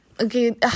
Okay